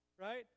right